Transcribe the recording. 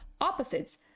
opposites